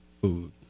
food